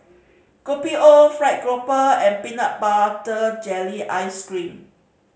Kopi O fried grouper and peanut butter jelly ice cream